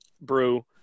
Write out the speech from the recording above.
brew